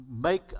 make